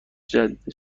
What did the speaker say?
جدید